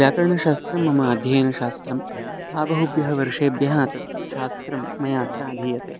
व्याकरणशास्त्रे मम अध्ययनशास्त्रं बहुभ्यः वर्षेभ्यः तत् शास्त्रं मया अत्र अधीयते